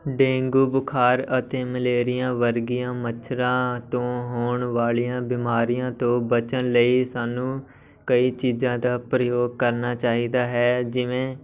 dengue ਬੁਖਾਰ ਅਤੇ malaria ਵਰਗੀਆਂ ਮੱਛਰਾਂ ਤੋਂ ਹੋਣ ਵਾਲੀਆਂ ਬਿਮਾਰੀਆਂ ਤੋਂ ਬਚਣ ਲਈ ਸਾਨੂੰ ਕਈ ਚੀਜ਼ਾਂ ਦਾ ਪ੍ਰਯੋਗ ਕਰਨਾ ਚਾਹੀਦਾ ਹੈ ਜਿਵੇਂ